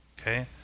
Okay